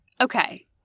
Okay